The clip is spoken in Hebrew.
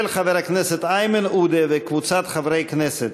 של חבר הכנסת איימן עודה וקבוצת חברי הכנסת.